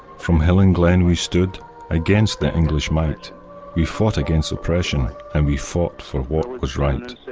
from hill and glen we stood against the english might we fought against oppression and we fought for what was right.